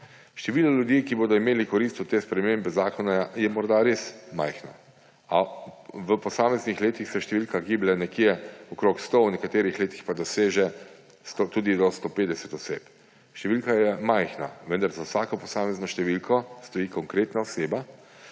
Število ljudi, ki bodo imeli korist od te spremembe zakona je morda res majhna, a v posameznih letih se številka giblje nekje okoli sto, v nekaterih letih pa doseže tudi do 150 oseb. Številka je majhna, vendar za vsako posamezno številko stoji konkretna oseba,